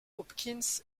hopkins